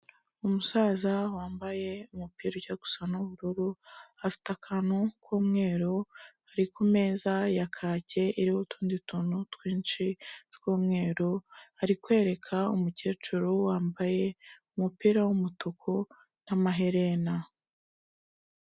Umusaza wambaye umupira ujya gusa n'ubururu, afite akantu k'umweru, ari ku meza ya kake irimo utundi tuntu twinshi tw'umweru ari kwereka umukecuru wambaye umupira w'umutuku n'amaherena.